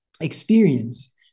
experience